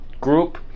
group